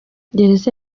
gereza